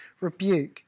rebuke